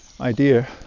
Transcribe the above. idea